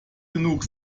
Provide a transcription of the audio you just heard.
genug